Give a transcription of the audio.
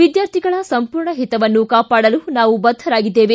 ವಿದ್ಯಾರ್ಥಿಗಳ ಸಂಪೂರ್ಣ ಹಿತವನ್ನು ಕಾಪಾಡಲು ನಾವು ಬದ್ದರಾಗಿದ್ದೇವೆ